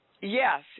yes